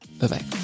Bye-bye